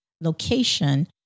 location